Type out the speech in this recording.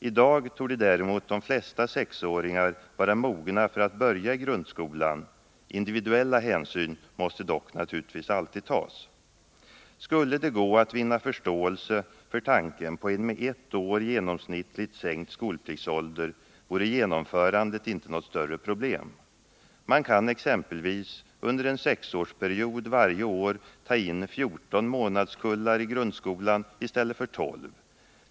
I dag torde däremot de allra flesta sexåringar vara mogna att börja i grundskolan — individuella hänsyn måste dock alltid tas. Skulle det gå att vinna förståelse för tanken på en med ett år genomsnittligt sänkt skolpliktsålder vore genomförandet inte något större problem. Man kan exempelvis under en sexårsperiod varje år ta in 14 månadskullar i grundskolan i stället för 12.